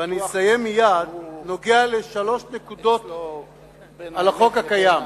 ואני אסיים מייד, נוגע לשלוש נקודות בחוק הקיים.